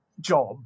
job